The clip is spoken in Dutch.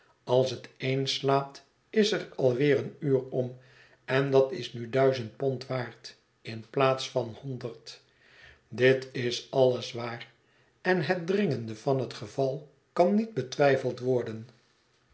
als het één slaat is er alweer een uur om en dat is nu duizend pond waard in plaats van honderd dit is alles waar en het dringende van het geval kan niet betwijfeld worden